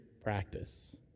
practice